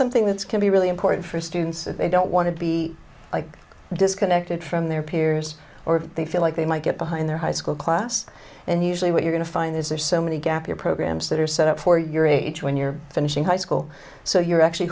something that's can be really important for students if they don't want to be disconnected from their peers or they feel like they might get behind their high school class and usually what you're going to find is there are so many gap year programs that are set up for your age when you're finishing high school so you're actually